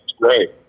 great